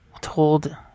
told